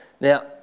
Now